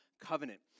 Covenant